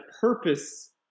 purpose